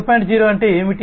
0 అంటే ఏమిటి